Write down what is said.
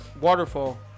Waterfall